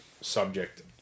subject